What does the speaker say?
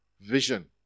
vision